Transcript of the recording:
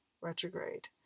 retrograde